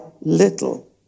little